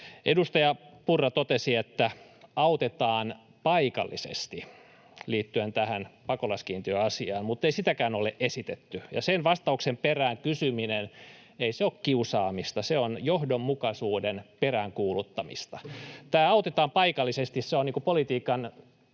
Edustaja Purra totesi, että autetaan paikallisesti, liittyen tähän pakolaiskiintiöasiaan, muttei sitäkään ole esitetty, ja sen vastauksen perään kysyminen — ei se ole kiusaamista, se on johdonmukaisuuden peräänkuuluttamista. Tämä ”autetaan paikallisesti” on politiikan